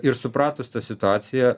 ir supratus tą situaciją